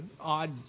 odd